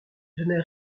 donnait